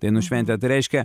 dainų šventę tai reiškia